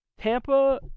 Tampa